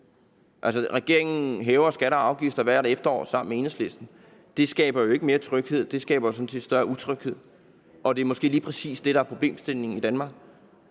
regeringen hæver skatter og afgifter hvert efterår sammen med Enhedslisten. Det skaber jo ikke mere tryghed, det skaber sådan set større utryghed. Og det er måske lige præcis det, der er problemstillingen i Danmark,